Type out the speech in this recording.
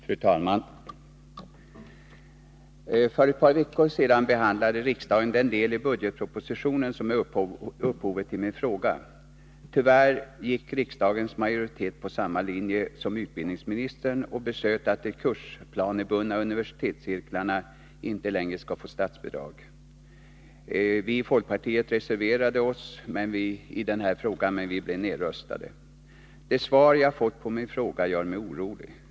Fru talman! För ett par veckor sedan behandlade riksdagen den del i budgetpropositionen som är upphovet till min fråga. Tyvärr gick riksdagens majoritet på samma linje som utbildningsministern och beslöt att de kursplanebundna universitetscirklarna inte längre skulle få statsbidrag. Vi i folkpartiet reserverade oss i denna fråga, men vi blev nedröstade. Det svar jag fått på min fråga gör mig orolig.